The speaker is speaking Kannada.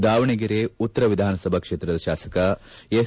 ದಾವಣಗೆರೆ ಉತ್ತರ ವಿಧಾನಸಭಾ ಕ್ಷೇತ್ರದ ಶಾಸಕ ಎಸ್